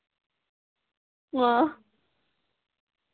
ꯑꯣ